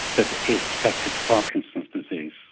that is protected to parkinson's disease.